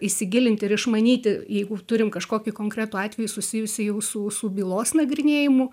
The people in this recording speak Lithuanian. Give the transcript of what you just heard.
įsigilinti ir išmanyti jeigu turim kažkokį konkretų atvejį susijusį jau su su bylos nagrinėjimu